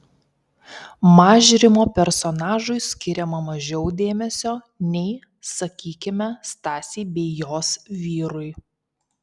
mažrimo personažui skiriama mažiau dėmesio nei sakykime stasei bei jos vyrui